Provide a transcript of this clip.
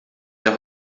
der